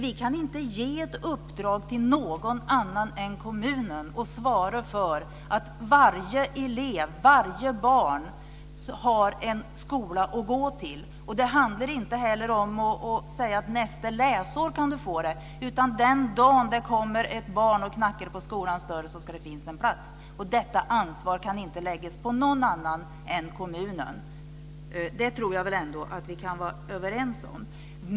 Vi kan inte ge ett uppdrag till någon annan än kommunen att svara för att varje barn har en skola att gå till. Det handlar inte heller om att säga till ett barn att det kan få en plats nästa läsår, utan den dag det kommer ett barn och knackar på skolans dörr ska det finnas en plats. Detta ansvar kan inte läggas på någon annan än kommunen. Jag tror ändå att vi kan vara överens om det.